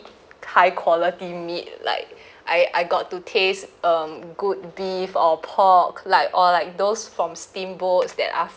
high quality meat like I I got to taste um good beef or pork like or like those from steamboats that are